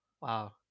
wow